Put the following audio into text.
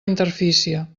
interfície